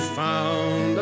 found